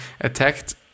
attacked